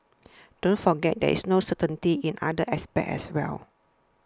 don't forget there's no certainty in other aspects as well